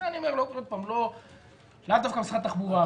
זה אני אומר לאו דווקא למשרד התחבורה.